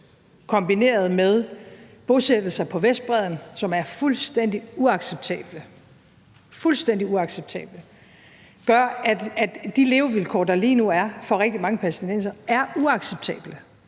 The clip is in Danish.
kombineret med bosættelser på Vestbredden, som er fuldstændig uacceptable, fuldstændig uacceptable, – gør, at de levevilkår, der lige nu er for rigtig mange palæstinensere, er uacceptable.